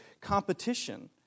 competition